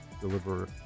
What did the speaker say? deliver